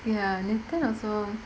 ya lipton also